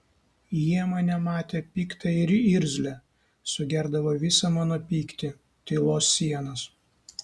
jie mane matė piktą ir irzlią sugerdavo visą mano pyktį tylos sienas